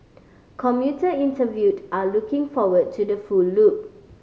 commuter interviewed are looking forward to the full loop